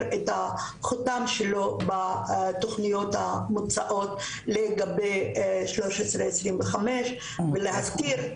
את החותם שלו בתוכניות המוצעות לגבי 1325. ולהזכיר,